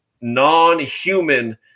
non-human